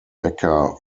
becker